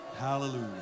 hallelujah